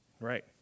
Right